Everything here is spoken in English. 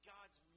God's